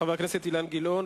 חבר הכנסת אילן גילאון,